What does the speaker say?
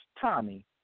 Tommy